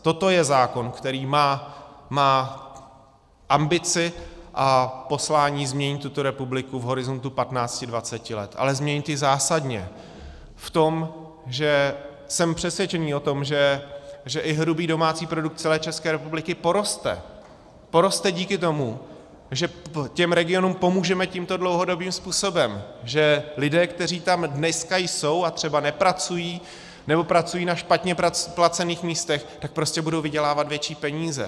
Toto je zákon, který má ambici a poslání změnit tuto republiku v horizontu patnácti, dvaceti let, ale změnit ji zásadně v tom, že jsem přesvědčený o tom, že i hrubý domácí produkt celé České republiky poroste, poroste díky tomu, že těm regionům pomůžeme tímto dlouhodobým způsobem, že lidé, kteří tam dneska jsou a třeba nepracují, nebo pracují na špatně placených místech, tak prostě budou vydělávat větší peníze.